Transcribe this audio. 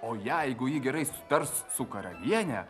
o jeigu ji gerai sutars su karaliene